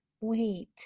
wait